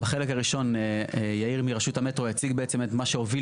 בחלק הראשון יאיר מרשות המטרו יציג את מה שהוביל